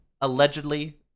allegedly